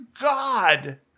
God